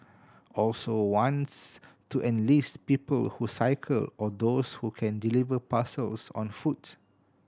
also wants to enlist people who cycle or those who can deliver parcels on foot